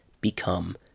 become